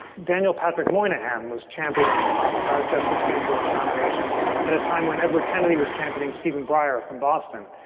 daniel patrick moynihan was championing justice ginsburg's nomination at a time when edward kennedy was championing stephen breyer from boston.